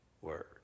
word